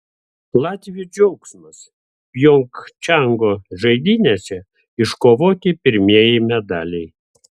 latvių džiaugsmas pjongčango žaidynėse iškovoti pirmieji medaliai